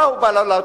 מה הוא בא להעלות,